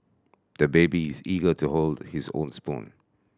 the baby is eager to hold his own spoon